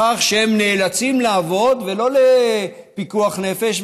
בכך שהם נאלצים לעבוד ולא לפיקוח נפש,